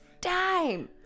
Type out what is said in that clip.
time